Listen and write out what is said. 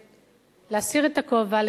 להסיר את הכובע,